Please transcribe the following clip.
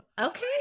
Okay